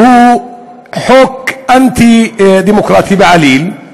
שהוא חוק אנטי-דמוקרטי בעליל,